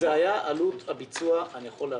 אם זה היה עלות הביצוע הייתי מבין,